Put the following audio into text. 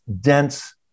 dense